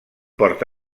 port